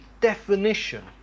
definition